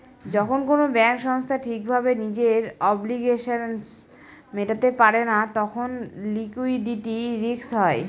যখন কোনো ব্যাঙ্ক সংস্থা ঠিক ভাবে নিজের অব্লিগেশনস মেটাতে পারে না তখন লিকুইডিটি রিস্ক হয়